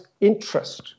interest